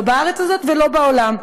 לא בארץ הזאת ולא בעולם: